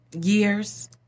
years